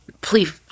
please